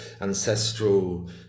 ancestral